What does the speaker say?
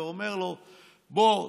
ואומר לו: בוא,